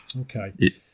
Okay